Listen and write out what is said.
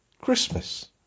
Christmas